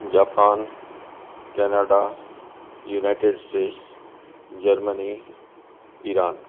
Japan Canada United States Germany Iran